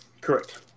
correct